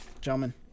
gentlemen